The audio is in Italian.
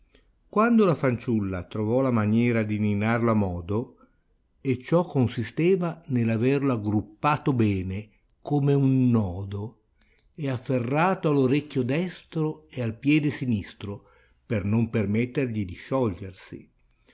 quando la fanciulla trovò la maniera di ninnarlo a modo e ciò consisteva nell'averlo aggruppato bene come un nodo e afferrato all'orecchio destro e al piede sinistro per non permettergli di sciogliersi